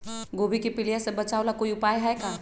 गोभी के पीलिया से बचाव ला कोई उपाय है का?